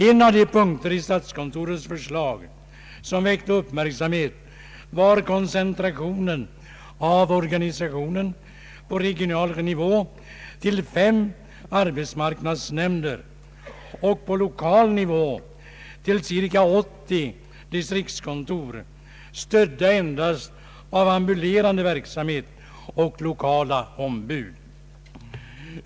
En av de punkter i statskontorets förslag som väckte uppmärksamhet var koncentrationen av organisationen på regional nivå till fem arbetsmarknadsnämnder och på lokal nivå till cirka 80 distriktskontor, stödda endast av ambulerande verksamhet och lokala ombud.